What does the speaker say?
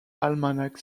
almanac